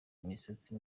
imisatsi